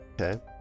Okay